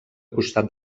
costat